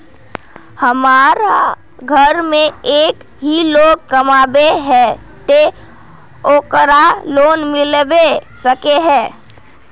हमरा घर में एक ही लोग कमाबै है ते ओकरा लोन मिलबे सके है?